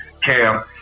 Cam